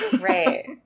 Right